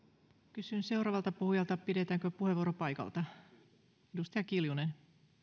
kysyn seuraavalta puhujalta pidetäänkö puheenvuoro paikalta edustaja kiljunen